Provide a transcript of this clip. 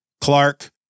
Clark